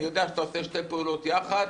אני יודע שאתה עושה שתי פעולות יחד,